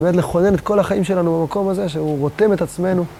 באמת לכונן את כל החיים שלנו במקום הזה, שהוא רותם את עצמנו.